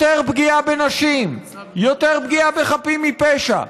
יותר פגיעה בנשים, יותר פגיעה בחפים מפשע.